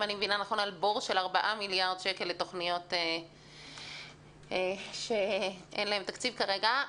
בור של 4 מיליארד שקל לתוכניות שאין להן תקציב כרגע,